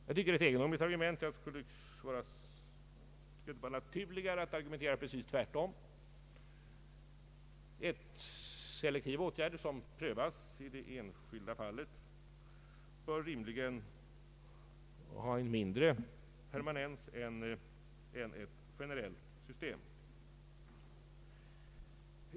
Det är ett egendomligt argument, och jag tycker det skulle vara naturligare att argumentera precis tvärtom. Selektiva åtgärder som prövas i det enskilda fallet bör rimligen innebära en mindre risk för permanentning än ett generellt system.